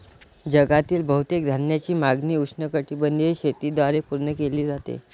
जगातील बहुतेक धान्याची मागणी उष्णकटिबंधीय शेतीद्वारे पूर्ण केली जाते